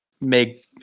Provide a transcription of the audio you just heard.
make